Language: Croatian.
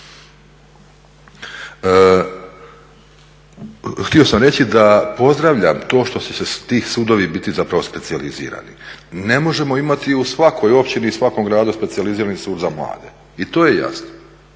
Htio sam reći da pozdravljam to što će ti sudovi biti zapravo specijalizirani. Ne možemo imati u svakoj općini i u svakom gradu specijalizirani sud za mlade. I to je jasno,